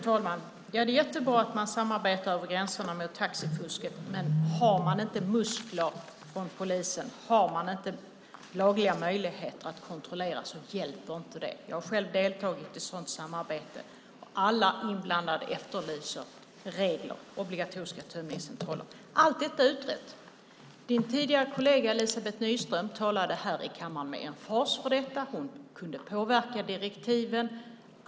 Fru talman! Det är jättebra att man samarbetar över gränserna med taxifusket. Men om man inte har muskler från polisen och inga lagliga möjligheter att kontrollera hjälper inte det. Jag har själv deltagit i sådant samarbete. Alla inblandade efterlyser regler och obligatoriska tömningscentraler. Allt detta är utrett. Sten Berghedens tidigare kollega Elizabeth Nyström talade här i kammaren med emfas för detta. Hon kunde påverka direktiven.